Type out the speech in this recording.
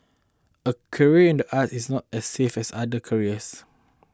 a career in the arts is not as safe as other careers